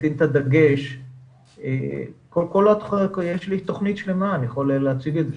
יש לי תוכנית שלמה, אני יכול להציג את זה.